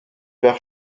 vers